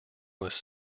was